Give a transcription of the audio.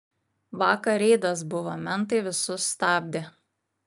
vakar reidas buvo mentai visus stabdė